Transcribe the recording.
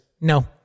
no